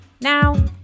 Now